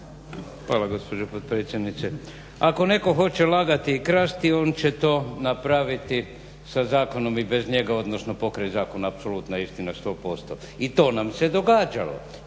Hvala lijepa potpredsjednice. Ako netko hoće lagati i krasti on će to napraviti sa zakonom i bez njega, odnosno pokraj zakona, apsolutno je istina 100% i to nam se događalo